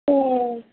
ए